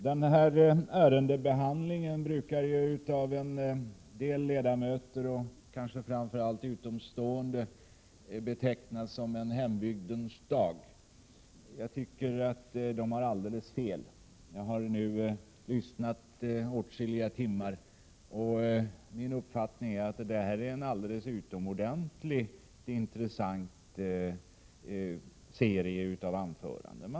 Herr talman! Behandlingen av detta ärende brukar av en del ledamöter och kanske framför allt av utomstående betecknas som en hembygdens dag. Jag tycker att de har alldeles fel. Jag har nu lyssnat åtskilliga timmar till vad som enligt min uppfattning är en alldeles utomordentligt intressant serie av anföranden.